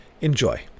Enjoy